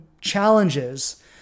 challenges